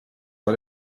vor